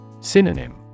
Synonym